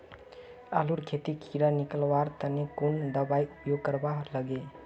आलूर खेतीत कीड़ा निकलवार तने कुन दबाई उपयोग करवा लगे?